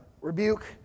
rebuke